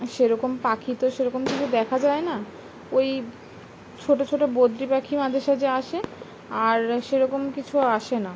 সেরকম পাখি তো সেরকম কিছু দেখা যায় না ওই ছোটো ছোটো বদ্রি পাখি মাঝে সাঝে আসে আর সেরকম কিছু আসে না